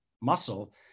muscle